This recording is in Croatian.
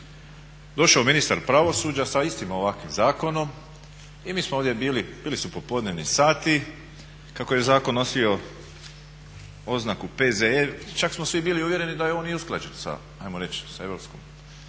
došao ministar pravosuđa sa istim ovakvim zakonom i mi smo ovdje bili, bili su popodnevni sati, kako je zakon nosio oznaku P.Z.E. čak smo svi bili uvjereni da je on i usklađen sa ajmo reći sa tijelima